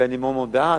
ואני מאוד מאוד בעד,